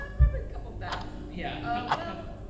ah probably couple thou. yeah ah well,